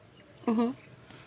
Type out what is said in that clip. (uh huh)